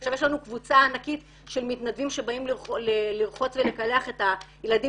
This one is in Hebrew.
עכשיו יש לנו קבוצה ענקית של מתנדבים שבאים לרחוץ ולקלח את הילדים